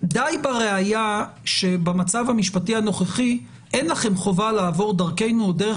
די בראיה שבמצב המשפטי הנוכחי אין לכם חובה לעבור דרכנו או דרך